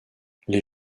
les